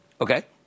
Okay